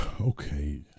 Okay